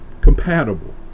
compatible